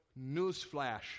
newsflash